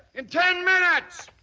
in ten minutes.